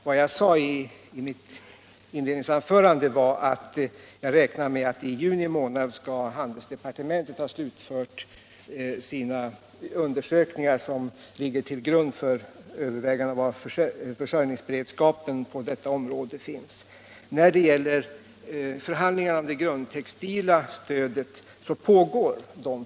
Vad jag sade i mitt inledningsanförande var att jag räknade med att handelsdepartementet under juni månad skall ha slutfört de undersökningar som ligger till grund för överväganden om försörjningsberedskapen på detta område. Förhandlingarna om det grundtextila stödet pågår f. n.